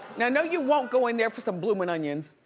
no no you won't go in there for some blooming onions.